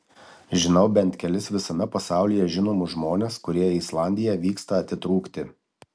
žinau bent kelis visame pasaulyje žinomus žmones kurie į islandiją vyksta atitrūkti